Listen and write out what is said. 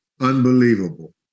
Unbelievable